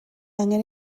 angen